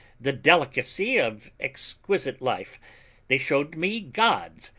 the delicacy of exquisite life they showed me gods,